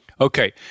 Okay